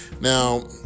Now